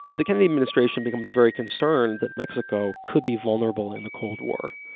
the kennedy administration becomes very concerned that mexico could be vulnerable in the cold war.